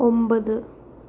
ഒമ്പത്